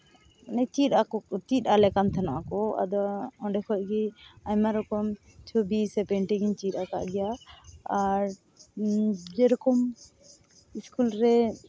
ᱚᱱᱮ ᱪᱮᱫ ᱟᱠᱚ ᱪᱮᱫ ᱟᱞᱮ ᱠᱟᱱ ᱛᱟᱦᱮᱱᱚᱜᱼᱟ ᱠᱚ ᱟᱫᱚ ᱚᱸᱰᱮ ᱠᱷᱚᱱ ᱜᱮ ᱟᱭᱢᱟ ᱨᱚᱠᱚᱢ ᱪᱷᱚᱵᱤ ᱥᱮ ᱯᱮᱱᱴᱤᱝᱤᱧ ᱪᱮᱫ ᱟᱠᱟᱫ ᱜᱮᱭᱟ ᱟᱨ ᱡᱮᱨᱚᱠᱚᱢ ᱤᱥᱠᱩᱞ ᱨᱮ